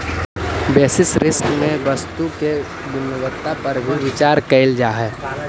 basis risk में वस्तु के गुणवत्ता पर भी विचार कईल जा हई